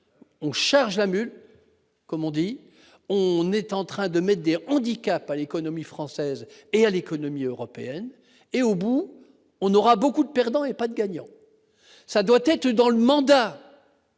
on charge la mule, comme on dit, on est en train de naître des repas handicap à l'économie française et à l'économie européenne et au bout, on aura beaucoup de perdants et pas de gagnant, ça doit être dans le mandat.